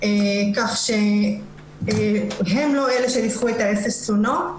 על חמש פניות, כך שהם לא אלה שהגישו אפס תלונות.